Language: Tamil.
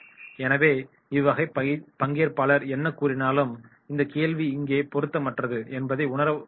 எனவே இவ்வகை பங்கேற்பாளர் என்ன கூறினாலும் இந்த கேள்வி இங்கே பொருத்தமற்றது என்பதை குழு உணர வேண்டும்